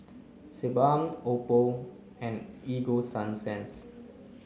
Sebamed Oppo and Ego Sunsense